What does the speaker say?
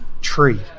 tree